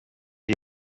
die